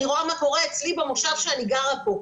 אני רואה מה קורה אצלי במושב שאני גרה בו,